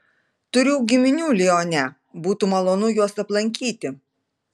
turiu giminių lione būtų malonu juos aplankyti